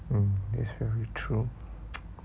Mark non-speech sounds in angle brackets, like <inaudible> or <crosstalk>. um that's very true <noise>